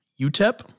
UTEP